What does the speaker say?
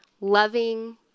loving